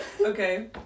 Okay